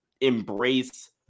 embrace